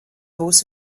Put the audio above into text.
būs